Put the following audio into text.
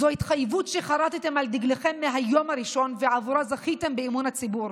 זו התחייבות שחרתם על דגלכם מהיום הראשון ועבורה זכיתם באמון הציבור.